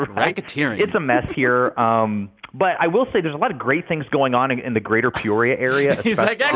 racketeering it's a mess here. um but i will say there's a lot of great things going on and in the greater peoria area he's like, yeah